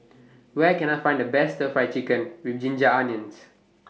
Where Can I Find The Best Stir Fried Chicken with Ginger Onions